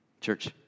Church